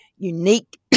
Unique